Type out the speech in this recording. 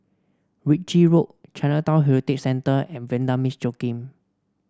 Ritchie Road Chinatown Heritage Centre and Vanda Miss Joaquim